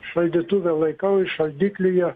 šaldytuve laikau į šaldiklyje